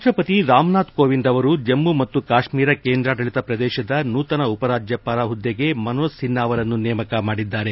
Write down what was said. ರಾಷ್ಟಪತಿ ರಾಮನಾಥ್ ಕೋವಿಂದ್ ಅವರು ಜಮ್ಮ ಮತ್ತು ಕಾಶ್ಮೀರ ಕೇಂದ್ರಾಡಳಿತ ಪ್ರದೇಶದ ನೂತನ ಉಪರಾಜ್ಟಪಾಲ ಹುದ್ದೆಗೆ ಮನೋಜ್ ಸಿನ್ಹಾ ಅವರನ್ನು ನೇಮಕ ಮಾಡಿದ್ದಾರೆ